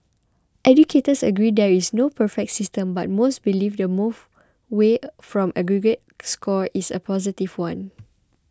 educators agree there is no perfect system but most believe the move away from aggregate scores is a positive one